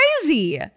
crazy